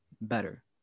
better